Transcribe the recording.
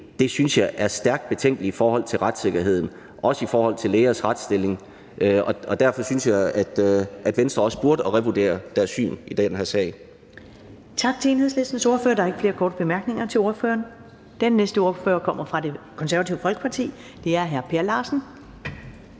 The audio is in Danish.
læge, synes jeg er stærkt betænkeligt i forhold til retssikkerheden, også i forhold til lægers retsstilling, og derfor synes jeg, at Venstre også burde revurdere deres syn i den her sag.